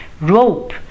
rope